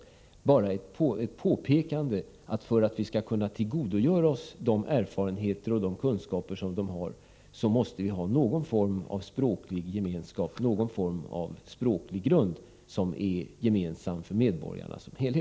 Det är bara ett påpekande av att vi för att kunna tillgodogöra oss de erfarenheter och de kunskaper som invandrarna har måste ha någon form av språklig gemenskap, någon form av språklig grund som är gemensam för alla medborgare.